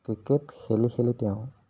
cricket খেলি খেলি তেওঁ